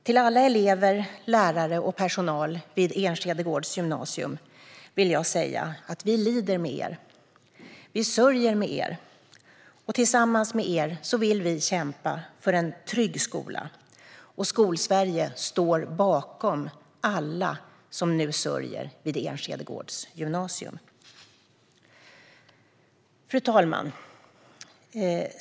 Till alla elever, lärare och personal vid Enskede gårds gymnasium vill jag säga att vi lider med er och vi sörjer med er. Tillsammans med er vill vi kämpa för en trygg skola. Skolsverige står bakom alla som nu sörjer vid Enskede gårds gymnasium. Fru talman!